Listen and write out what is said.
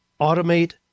automate